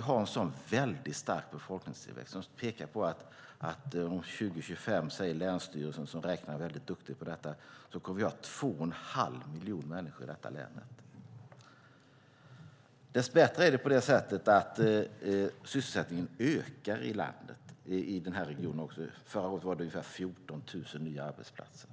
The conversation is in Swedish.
har en så stark befolkningstillväxt att länsstyrelsen, som räknar duktigt på detta, säger att vi år 2025 kommer att ha två och en halv miljon människor i detta län. Dess bättre är det så att sysselsättningen ökar i regionen. Förra året var det ungefär 14 000 nya arbetsplatser.